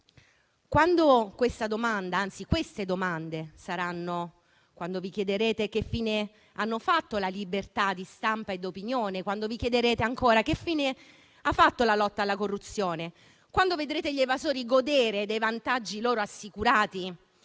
faranno i cittadini là fuori. Quando vi chiederete che fine hanno fatto la libertà di stampa e d'opinione; quando vi chiederete ancora che fine ha fatto la lotta alla corruzione; quando vedrete gli evasori godere dei vantaggi loro assicurati;